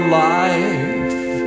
life